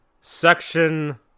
Section